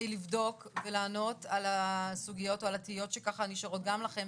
לבדוק ולענות על הסוגיות או על התהיות שככה נשארות גם לכם,